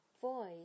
Voice